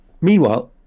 Meanwhile